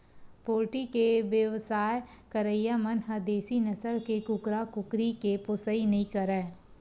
poultry के बेवसाय करइया मन ह देसी नसल के कुकरा, कुकरी के पोसइ नइ करय